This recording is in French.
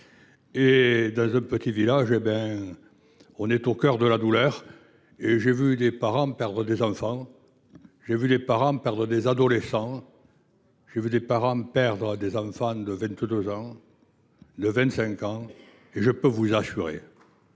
et, dans un petit village, on est au cœur de la douleur. J’ai vu des parents perdre des enfants, j’ai vu des parents perdre des adolescents, j’ai vu des parents perdre des garçons ou des filles de 22 ans, de 25 ans… Je peux vous assurer